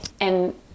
And-